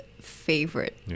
favorite